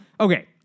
Okay